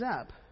up